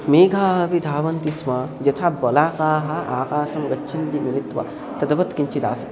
मेघाः अपि धावन्ति स्म यथा बलाकाः आकाशं गच्छन्ति मिलित्वा तद्वत् किञ्चित् आसीत्